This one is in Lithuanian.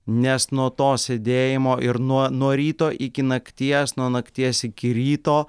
nes nuo to sėdėjimo ir nuo nuo ryto iki nakties nuo nakties iki ryto